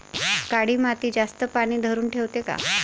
काळी माती जास्त पानी धरुन ठेवते का?